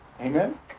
Amen